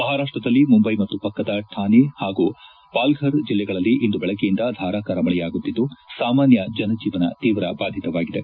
ಮಹಾರಾಷ್ಟದಲ್ಲಿ ಮುಂದೈ ಮತ್ತು ಪಕ್ಕದ ಥಾಣೆ ಹಾಗೂ ಪಾಲ್ದರ್ ಜಿಲ್ಲೆಗಳಲ್ಲಿ ಇಂದು ಬೆಳಗ್ಗೆಯಿಂದ ಧಾರಾಕಾರ ಮಳೆಯಾಗುತ್ತಿದ್ದು ಸಾಮಾನ್ಯ ಜನಜೀವನ ತೀವ್ರ ಬಾಧಿತವಾಗಿದೆ